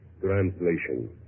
Translation